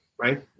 right